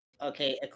okay